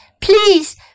please